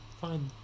fine